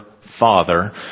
father